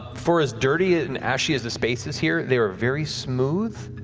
for as dirty and ashy as the space is here, they are very smooth